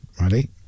Ready